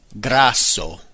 Grasso